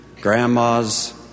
grandmas